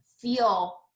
feel